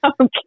Okay